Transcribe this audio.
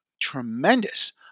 tremendous